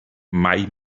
mai